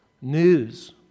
news